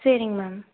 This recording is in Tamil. சரிங்க மேம்